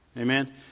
Amen